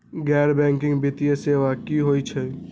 गैर बैकिंग वित्तीय सेवा की होअ हई?